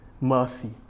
mercy